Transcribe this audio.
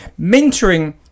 Mentoring